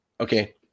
okay